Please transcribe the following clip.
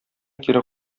кире